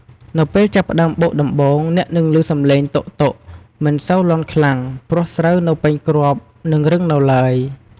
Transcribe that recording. នៅពេលចាប់ផ្ដើមបុកដំបូង អ្នកនឹងឮសំឡេង 'តុកៗ' មិនសូវលាន់ខ្លាំង ព្រោះស្រូវនៅពេញគ្រាប់ និងរឹងនៅឡើយ។